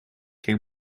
как